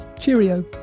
Cheerio